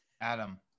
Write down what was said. Adam